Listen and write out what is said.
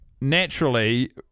naturally